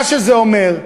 מה שזה אומר,